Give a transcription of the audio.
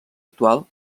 actual